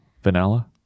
Vanilla